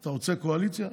אתה רוצה קואליציה?